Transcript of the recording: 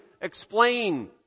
explain